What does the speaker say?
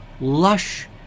lush